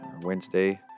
Wednesday